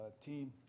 team